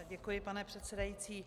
Děkuji, pane předsedající.